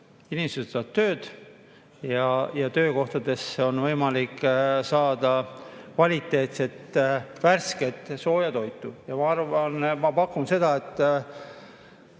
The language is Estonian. inimesed saavad tööd ja töökohtades on võimalik saada kvaliteetset, värsket sooja toitu. Ma pakun seda, et